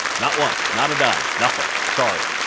not once, not a dime, nothing, sorry.